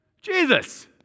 Jesus